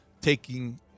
taking